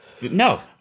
No